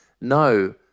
No